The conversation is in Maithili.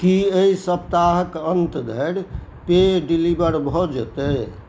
की एहि सप्ताहक अन्त धरि पेय डिलीवर भए जेतै